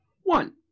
One